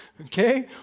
okay